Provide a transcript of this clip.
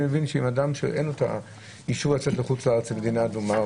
אני מבין שאדם שאין לו אישור לצאת לחו"ל למדינה אדומה,